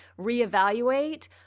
reevaluate